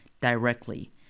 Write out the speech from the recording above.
directly